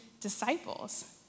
disciples